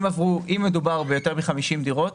אם מדובר ביותר מ-50 דירות,